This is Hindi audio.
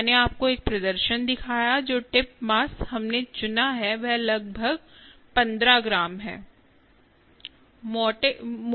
मैंने आपको एक प्रदर्शन दिखाया जो टिप मास हमने चुना है वह लगभग 15 ग्राम है